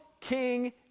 king